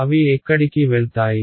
అవి ఎక్కడికి వెళ్తాయి